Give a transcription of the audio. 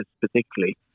particularly